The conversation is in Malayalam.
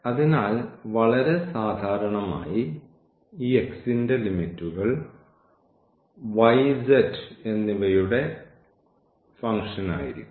അതിനാൽ വളരെ സാധാരണമായ ഈ x ന്റെ ലിമിറ്റ്കൾ ഈ y z എന്നിവയുടെ ഫംഗ്ഷൻ ആയിരിക്കും